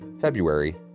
February